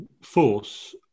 force